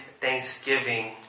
thanksgiving